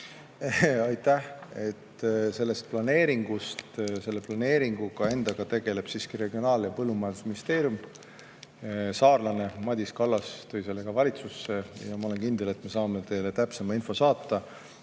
tänu sellele? Aitäh! Selle planeeringu endaga tegeleb siiski Regionaal- ja Põllumajandusministeerium. Saarlane Madis Kallas tõi selle ka valitsusse ja ma olen kindel, et me saame teile täpsema info saata.